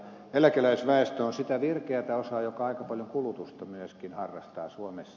eläkeläisväestö on sitä virkeätä osaa joka aika paljon kulutusta myöskin harrastaa suomessa